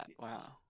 Wow